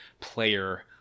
player